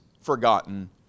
forgotten